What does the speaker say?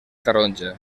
taronja